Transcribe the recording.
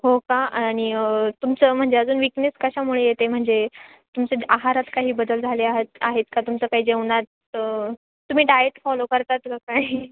हो का आणि तुमचं म्हणजे अजून विकनेस कशामुळे येते म्हणजे तुमचे आहारात काही बदल झाले आ आहेत का तुमचं काही जेवणात तुम्ही डायट फॉलो करतात का काही